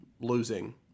losing